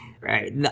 right